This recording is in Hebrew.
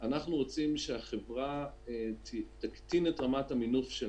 אנחנו רוצים שהחברה תקטין את רמת המינוף שלה.